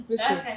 okay